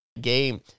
game